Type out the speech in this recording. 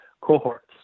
cohorts